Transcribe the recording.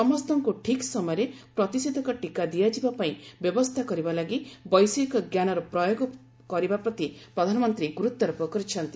ସମସ୍ତଙ୍କୁ ଠିକ୍ ସମୟରେ ପ୍ରତିଷେଧକ ଟିକା ଦିଆଯିବା ପାଇଁ ବ୍ୟବସ୍ଥା କରିବା ଲାଗି ବୈଷୟିକଜ୍ଞାନର ପ୍ରୟୋଗ କରିବା ପ୍ରତି ପ୍ରଧାନମନ୍ତ୍ରୀ ଗୁରୁତ୍ୱାରୋପ କରିଛନ୍ତି